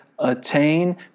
attain